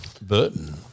Burton